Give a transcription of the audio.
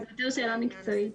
זאת שאלה מקצועית.